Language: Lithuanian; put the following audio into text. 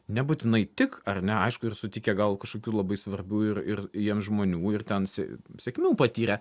nebūtinai tik ar ne aišku ir sutikę gal kažkokių labai svarbių ir ir jiems žmonių ir ten sėkmių sėkmių patyrę